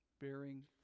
Bearing